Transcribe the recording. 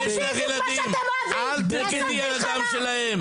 זה בדיוק מה שאתם אוהבים לעשות מלחמה,